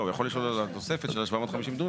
לא, הוא יכול לשאול על התוספת של ה-750 דונם.